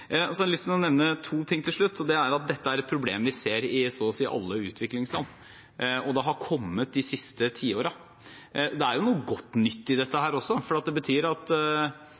har lyst til å nevne to ting til slutt. Det ene er at dette er et problem vi ser i så å si alle utviklingsland, og det har kommet de siste tiårene. Men det er noe godt nytt i dette også, for det betyr at